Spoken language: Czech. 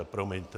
Promiňte.